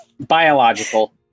Biological